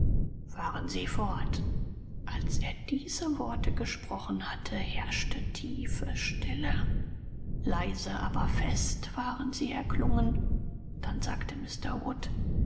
fahren sie fort als er diese worte gesprochen hatte herrschte tiefe stille leise aber fest waren sie erklungen dann sagte